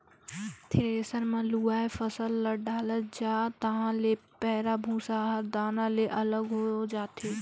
thresher मे लुवय फसल ल डालत जा तहाँ ले पैराःभूसा हर दाना ले अलग हो जाथे